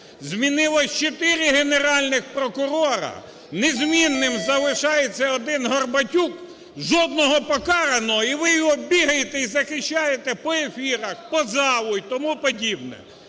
змінилось чотири генеральних прокурора, незмінним залишається один Горбатюк – жодного покараного. І ви його бігаєте і захищаєте по ефірах, по залу і тому подібне.